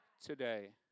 today